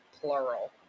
plural